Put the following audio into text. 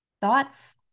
thoughts